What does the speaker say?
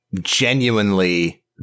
genuinely